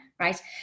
Right